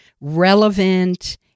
relevant